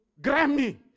Grammy